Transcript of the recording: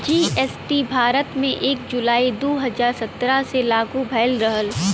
GST Bharat में एक जुलाई दू हजार सत्रह से लागू भयल रहल